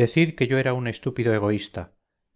decid que yo era un estúpido egoísta